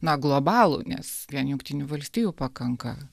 na globalų nes vien jungtinių valstijų pakanka